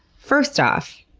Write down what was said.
first off,